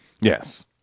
Yes